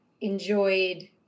enjoyed